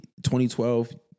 2012